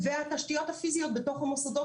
והתשתיות הפיזיות בתוך המוסדות,